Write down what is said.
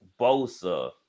Bosa